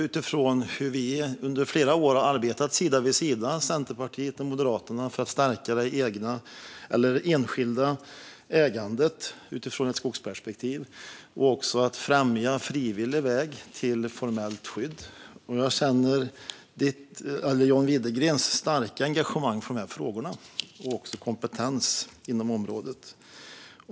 Under flera år har vi arbetat sida vid sida, Centerpartiet och Moderaterna, för att stärka det enskilda ägandet ur ett skogsperspektiv och främja frivilliga vägar till formellt skydd. Jag känner till John Widegrens starka engagemang för de här frågorna och hans kompetens inom området.